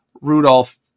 Rudolph